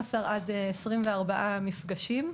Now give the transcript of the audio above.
12 24 מפגשים.